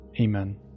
Amen